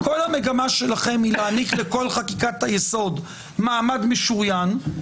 כל המגמה שלכם היא להעניק לכל חקיקת היסוד מעמד משוריין,